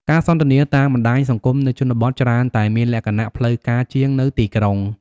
ការសន្ទនាតាមបណ្ដាញសង្គមនៅជនបទច្រើនតែមានលក្ខណៈផ្លូវការជាងនៅទីក្រុង។